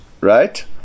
right